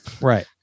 Right